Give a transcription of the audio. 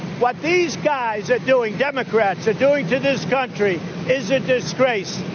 what these guys are doing democrats are doing to this country is a disgrace,